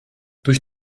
durch